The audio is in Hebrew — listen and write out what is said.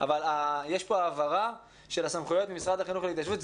יש פה העברה של הסמכויות ממשרד החינוך להתיישבות.